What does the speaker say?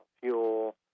fuel